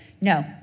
No